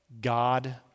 God